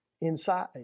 inside